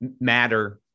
matter